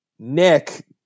Nick